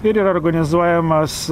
ir yra organizuojamas